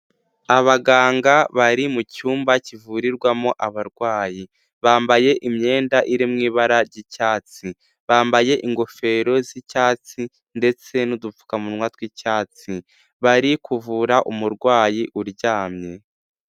Abaganga bari mucyumba kivurirwamo abarwayi, bambaye imyenda iri mu ibara ry'icyatsi, bambaye ingofero z'icyatsi, ndetse n'udupfukamunwa tw'icyatsi, bari kuvura umurwayi uryamye.